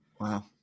wow